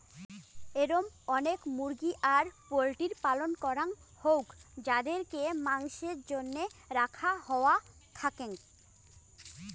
এরম অনেক মুরগি আর পোল্ট্রির পালন করাং হউক যাদিরকে মাসের জন্য রাখা হওয়া থাকেঙ